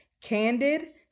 Candid